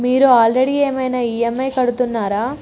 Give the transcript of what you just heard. మీరు ఆల్రెడీ ఏమైనా ఈ.ఎమ్.ఐ కడుతున్నారా?